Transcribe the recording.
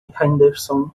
henderson